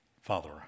Father